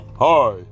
hi